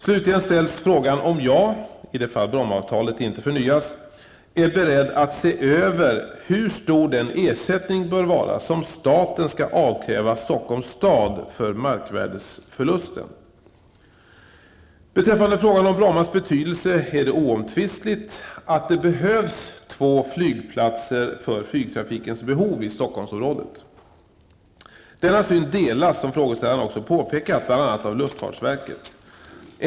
Slutligen ställs frågan om jag, i det fall Brommaavtalet inte förnyas, är beredd att se över hur stor den ersättning bör vara som staten skall avkräva Stockholms stad för markvärdesförlusten. Beträffande frågan om Brommas betydelse är det oomtvistligt att det behövs två flyplatser för flygtrafikens behov i Stockholmsområdet. Denna syn delas, som frågeställaren också påpekat, bl.a. av luftfartsverket.